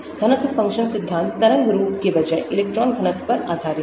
घनत्व फ़ंक्शन सिद्धांत तरंग रूप के बजाय इलेक्ट्रॉन घनत्व पर आधारित है